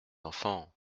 enfants